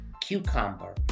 cucumber